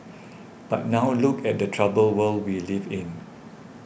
but now look at the troubled world we live in